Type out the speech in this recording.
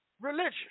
religion